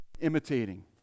imitating